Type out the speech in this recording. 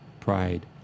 pride